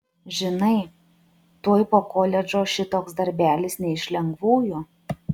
žinai tuoj po koledžo šitoks darbelis ne iš lengvųjų